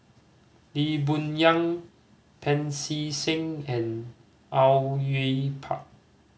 Lee Boon Yang Pancy Seng and Au Yue Pak